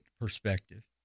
perspective